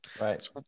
Right